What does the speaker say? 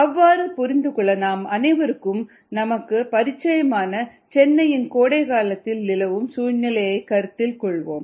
அவ்வாறு புரிந்து கொள்ள நாம் அனைவரும் நமக்கு பரிச்சயமான சென்னையின் கோடைகாலத்தில் நிலவும் சூழ்நிலையைக் கருத்தில் கொள்வோம்